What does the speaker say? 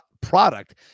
product